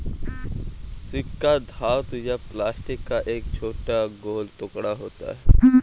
सिक्का धातु या प्लास्टिक का एक छोटा गोल टुकड़ा होता है